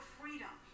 freedom